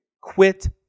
Quit